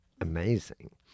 amazing